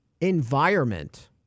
environment